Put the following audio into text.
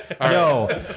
No